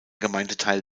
gemeindeteil